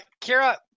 Kira